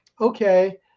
okay